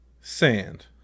sand